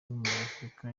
w’umunyafurika